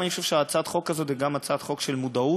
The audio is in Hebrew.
אני חושב שהצעת החוק הזאת היא גם הצעת חוק של מודעות,